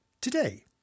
Today